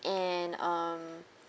and um